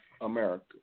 America